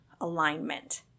alignment